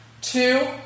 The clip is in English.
two